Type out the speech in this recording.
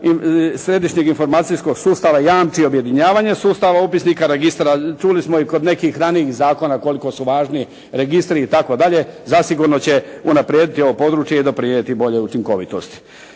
središnjeg informacijskog sustava jamči objedinjavanje sustava upisnika registara. Čuli smo i kod nekih ranijih zakona koliko su važni registri i tako dalje. Zasigurno će unaprijediti ovo područje i doprinijeti boljoj učinkovitosti.